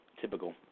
typical